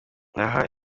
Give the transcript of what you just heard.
aha